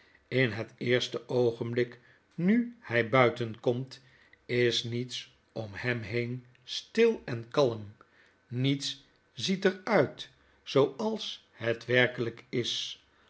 in het eerste oogenblik nu hij buiten komt is niets om hem heen stil en kalm niets ziet er uit zooals het werkelijk is